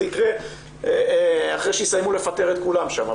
זה יקרה אחרי שיסיימו לפטר את כולם שם.